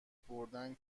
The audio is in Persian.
بردن